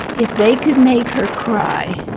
if they could make her cry,